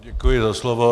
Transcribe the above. Děkuji za slovo.